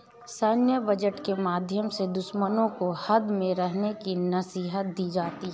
सैन्य बजट के माध्यम से दुश्मनों को हद में रहने की नसीहत दी जाती है